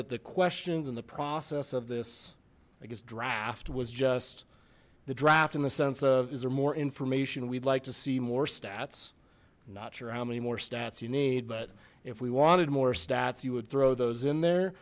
that the questions and the process of this i guess draft was just the draft in the sense of is there more information we'd like to see more stats not sure how many more stats you need but if we wanted more you would throw those in there